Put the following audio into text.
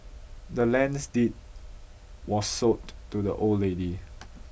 the land's deed was sold to the old lady